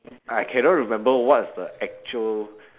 I cannot remember what's the actual